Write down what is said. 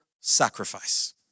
sacrifice